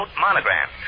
Monogram